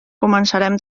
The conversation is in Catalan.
començaren